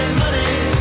money